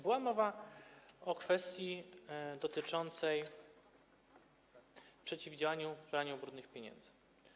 Była mowa o kwestii dotyczącej przeciwdziałania praniu brudnych pieniędzy.